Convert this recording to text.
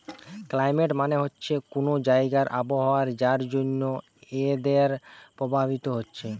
climate মানে হচ্ছে কুনো জাগার আবহাওয়া যার জন্যে ওয়েদার প্রভাবিত হচ্ছে